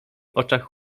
oczach